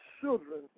children